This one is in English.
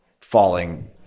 falling